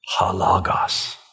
halagos